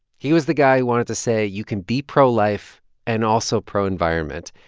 he was the guy who wanted to say you can be pro-life and also pro-environment.